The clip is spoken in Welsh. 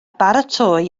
baratoi